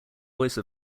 voice